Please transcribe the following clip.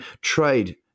Trade